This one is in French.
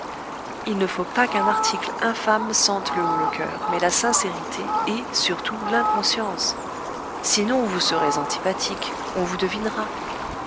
il ne faut pas qu'un article infâme sente le haut le cœur mais la sincérité et surtout l'inconscience sinon vous serez antipathique on vous devinera